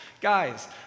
guys